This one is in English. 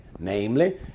Namely